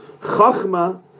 Chachma